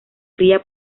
cría